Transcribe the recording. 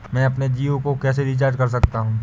मैं अपने जियो को कैसे रिचार्ज कर सकता हूँ?